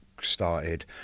started